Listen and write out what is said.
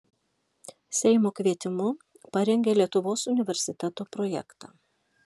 seimo kvietimu parengė lietuvos universiteto projektą